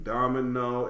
Domino